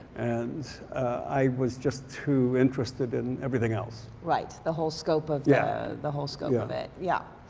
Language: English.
and i was just too interested in everything else. right. the whole scope of yeah the whole scope yeah of it. yeah.